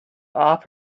off